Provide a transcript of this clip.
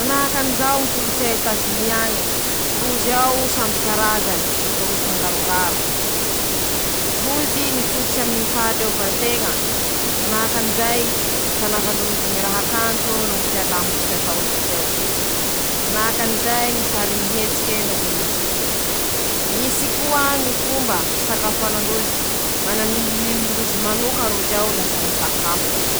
Manahaky anizao ñy kolotsay a frantsy añy: -Manany ñy fomban-drazan-drozy roze, noho ñy soatoavy aminy ñy fiaiñan-drozy andavanandro, ñy fañajà ñy fianakavia añatiny zay ao ;ñy sakafo noho ñy raha inomin-drozy, manany ñy jabo jaboen-drozy añy rozy, manahaky ñy bagety ñy croissant noho ñy fromazy ;misy koa ñy raha kanto noho ñy literatiora vokarin-drozy añy ;manahaky anizay ñy fetyankalazan-drozy, manahaky ñy fetiny ñy krisimase noho ñy paka.